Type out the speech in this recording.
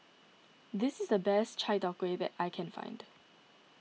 this is the best Chai Tow Kuay that I can find